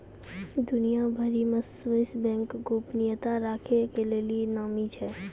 दुनिया भरि मे स्वीश बैंक गोपनीयता राखै के लेली नामी छै